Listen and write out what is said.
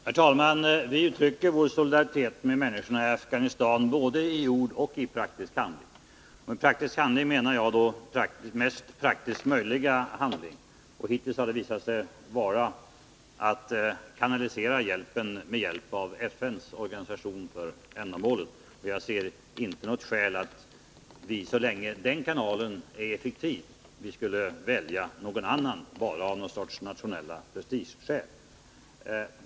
Herr talman! Vi uttrycker vår solidaritet med människorna i Afghanistan både i ord och i praktisk handling. Och med praktisk handling menar jag då mest praktiskt möjliga handling. Hittills har det visat sig vara att kanalisera hjälpen via FN:s organisation för ändamålet. Så länge denna kanal är effektiv ser jag ingen anledning till att vi skulle välja någon annan kanal, bara av någon sorts nationella prestigeskäl.